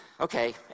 okay